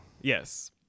Yes